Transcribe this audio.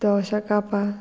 तोशा कापां